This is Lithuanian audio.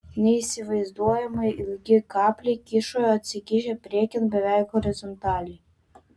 neįsivaizduojamai ilgi kapliai kyšojo atsikišę priekin beveik horizontaliai